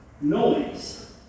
Noise